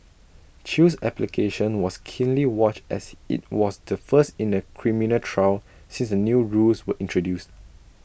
chew's application was keenly watched as IT was the first in A criminal trial since the new rules were introduced